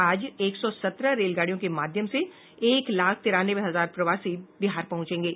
आज एक सौ सत्रह रेलगाड़ियों के माध्यम से एक लाख तिरानवे हजार प्रवासी बिहार पहुंचेंगे